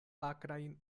akrajn